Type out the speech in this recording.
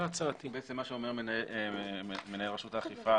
מה שאומר מנהל רשות האכיפה